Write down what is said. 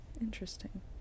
Interesting